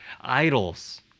idols